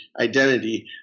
identity